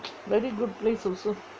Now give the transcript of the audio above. very good place also